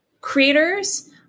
creators